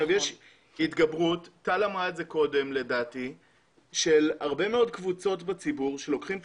יש התגברות של הרבה מאוד קבוצות בציבור שלוקחות את